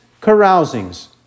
carousings